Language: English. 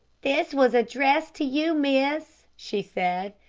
this was addressed to you, miss, she said.